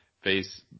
face